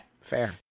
Fair